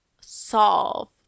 solve